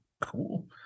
cool